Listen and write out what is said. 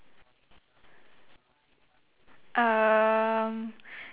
um